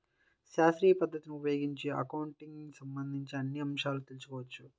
శాస్త్రీయ పద్ధతిని ఉపయోగించి అకౌంటింగ్ కి సంబంధించిన అన్ని అంశాలను తెల్సుకోవచ్చు